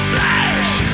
Flash